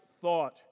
thought